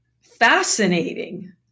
fascinating